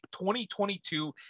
2022